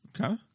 Okay